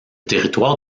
territoire